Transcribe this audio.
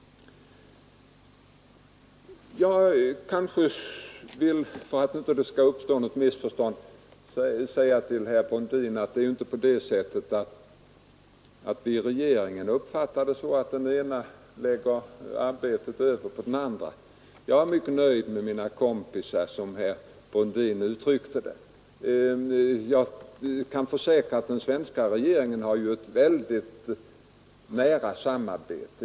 För att det inte skall uppstå något missförstånd vill jag säga till herr Brundin att vi i regeringen inte uppfattar det så att den ene ledamoten lägger över arbete på den andre. Jag är mycket nöjd med mina ”kompisar”, som herr Brundin uttryckte det. Jag kan försäkra att vi i den svenska regeringen har ett mycket nära samarbete.